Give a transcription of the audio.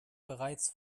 bereits